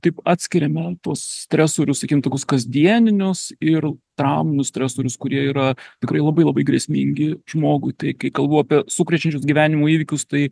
taip atskiriame tuos stresorius sakym tokius kasdienius ir trauminius stresorius kurie yra tikrai labai labai grėsmingi žmogui tai kai kalbu apie sukrečiančius gyvenimo įvykius tai